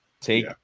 Take